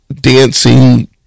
dancing